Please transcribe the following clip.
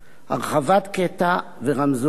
הרחבת קטע ורמזורים,